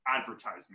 advertisement